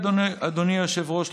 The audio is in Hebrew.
אדוני היושב-ראש,